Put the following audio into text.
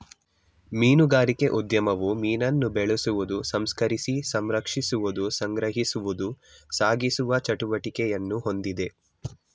ಮೀನುಗಾರಿಕೆ ಉದ್ಯಮವು ಮೀನನ್ನು ಬೆಳೆಸುವುದು ಸಂಸ್ಕರಿಸಿ ಸಂರಕ್ಷಿಸುವುದು ಸಂಗ್ರಹಿಸುವುದು ಸಾಗಿಸುವ ಚಟುವಟಿಕೆಯನ್ನು ಹೊಂದಿದೆ